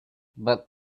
but